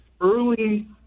early